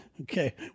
Okay